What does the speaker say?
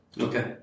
Okay